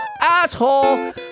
asshole